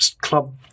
club